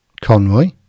Conroy